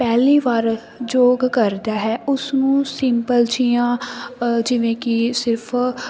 ਪਹਿਲੀ ਵਾਰ ਯੋਗ ਕਰਦਾ ਹੈ ਉਸਨੂੰ ਸਿੰਪਲ ਜੀਆਂ ਜਿਵੇਂ ਕਿ ਸਿਰਫ